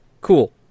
cool